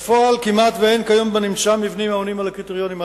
בפועל כמעט אין כיום בנמצא מבנים העונים על הקריטריונים הללו.